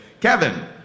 Kevin